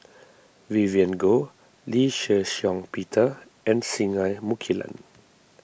Vivien Goh Lee Shih Shiong Peter and Singai Mukilan